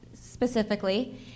specifically